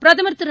பிரதமர் திரு